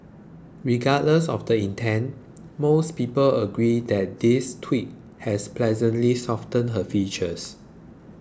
regardless of the intent most people agree that this tweak has pleasantly softened her features